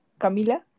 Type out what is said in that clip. Camila